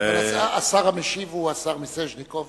המשיב הוא השר מיסז'ניקוב